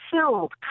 filled